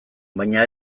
baina